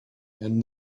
and